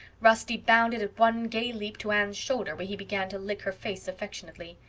rusty bounded at one gay leap to anne's shoulder where he began to lick her face affectionately.